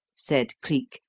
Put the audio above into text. said cleek,